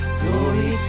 glory